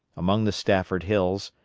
among the stafford hills,